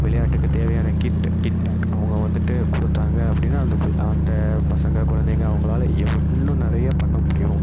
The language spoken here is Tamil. விளையாட்டுக்கு தேவையான கிட்டு கிட் பேக் அவங்க வந்துவிட்டு கொடுத்தாங்க அப்படின்னா அந்த ப அந்த பசங்க குழந்தைங்க அவங்களால எவ் இன்னும் நிறையா பண்ண முடியும்